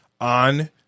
on